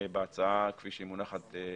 בהצעה כפי שהיא מונחת בפניכם.